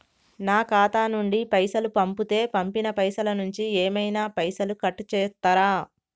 నా ఖాతా నుండి పైసలు పంపుతే పంపిన పైసల నుంచి ఏమైనా పైసలు కట్ చేత్తరా?